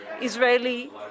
Israeli